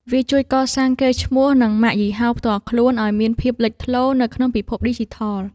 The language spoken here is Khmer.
វាជួយកសាងកេរ្តិ៍ឈ្មោះ និងម៉ាកយីហោផ្ទាល់ខ្លួន ឱ្យមានភាពលេចធ្លោនៅក្នុងពិភពឌីជីថល។